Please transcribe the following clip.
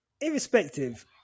Irrespective